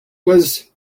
was